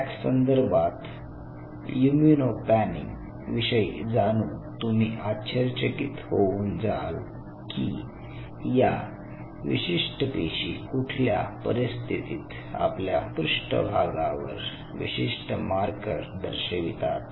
fax संदर्भात immunopanning विषयी जाणून तुम्ही आश्चर्यचकित होऊन जाल की या विशिष्ट पेशी कुठल्या परिस्थितीत आपल्या पृष्ठभागावर विशिष्ट मार्कर दर्शवितात